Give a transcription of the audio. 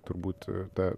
turbūt tą